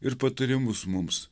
ir patarimus mums